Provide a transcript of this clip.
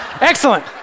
Excellent